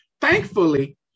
Thankfully